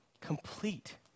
Complete